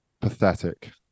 pathetic